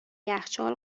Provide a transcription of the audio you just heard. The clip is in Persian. یخچال